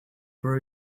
for